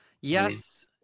yes